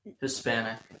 Hispanic